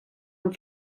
amb